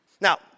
Now